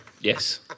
Yes